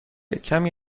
کمی